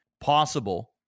possible